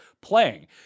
playing